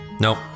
Nope